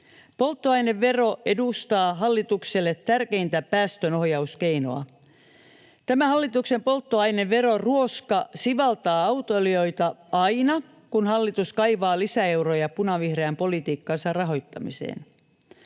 Polttoainevero edustaa hallitukselle tärkeintä päästönohjauskeinoa. Tämä hallituksen polttoaineveron ruoska sivaltaa autoilijoita aina, kun hallitus kaivaa lisäeuroja punavihreän politiikkansa rahoittamiseen.